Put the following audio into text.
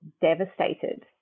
devastated